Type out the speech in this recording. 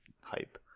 hype